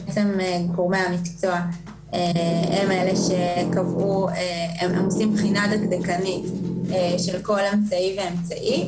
גורמי המקצוע הם אלה שעושים בחינה דקדקנית של כל אמצעי ואמצעי,